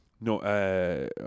no